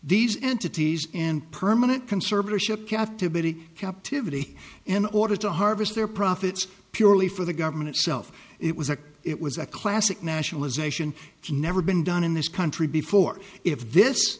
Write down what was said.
these entities and permanent conservatorship captivity captivity an order to harvest their profits purely for the government itself it was a it was a classic nationalization it's never been done in this country before if this